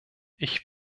ich